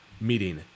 meeting